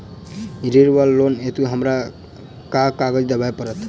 ऋण वा लोन हेतु हमरा केँ कागज देबै पड़त?